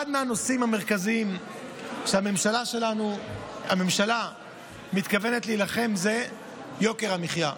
אחד הנושאים המרכזיים שהממשלה מתכוונת להילחם בו הוא יוקר המחיה.